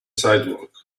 sidewalk